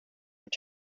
were